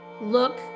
look